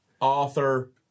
author